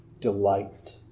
delight